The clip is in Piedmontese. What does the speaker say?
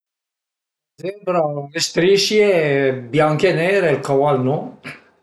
Le zebre al an le strisce bianche e neire, ël caval no